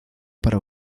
para